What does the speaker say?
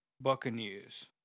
Buccaneers